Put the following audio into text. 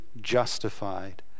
justified